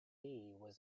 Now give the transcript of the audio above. led